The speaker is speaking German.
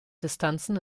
distanzen